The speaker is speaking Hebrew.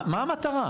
מה המטרה?